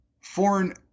Foreign